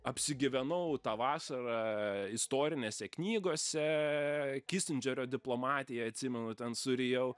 apsigyvenau tą vasarą istorinėse knygose kisindžerio diplomatiją atsimenu ten surijau